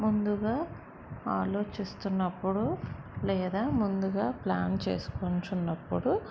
ముందుగా ఆలోచిస్తున్నప్పుడు లేదా ముందుగా ప్లాన్ చేసుకొనుచున్నప్పుడు